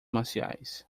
marciais